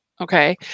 okay